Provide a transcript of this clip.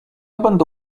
będę